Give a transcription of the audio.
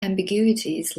ambiguities